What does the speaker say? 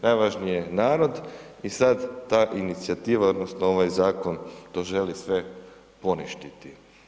Najvažniji je narod i sad ta inicijativa, odnosno ovaj zakon to želi sve poništiti.